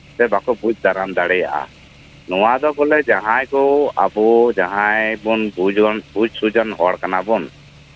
ᱥᱮ ᱵᱟᱠᱚ ᱵᱩᱡ ᱫᱟᱨᱟᱢ ᱫᱟᱲᱮᱭᱟᱜᱼᱟ ᱱᱚᱣᱟ ᱫᱚ ᱟᱵᱚ ᱡᱟᱸᱦᱟᱭ ᱥᱮᱵᱚᱱ ᱵᱩᱡ ᱥᱩᱡᱟᱱ ᱦᱚᱲ ᱠᱟᱱᱟ ᱵᱚᱱ